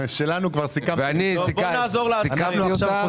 בואו נחזור לעצמאים.